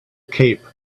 cape